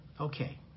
Okay